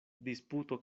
disputo